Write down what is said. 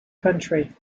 country